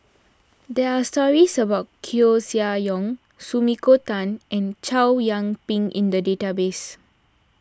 there are stories about Koeh Sia Yong Sumiko Tan and Chow Yian Ping in the database